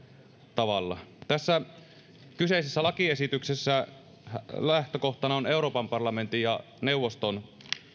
tavalla tässä kyseisessä lakiesityksessä lähtökohtana on euroopan parlamentin ja neuvoston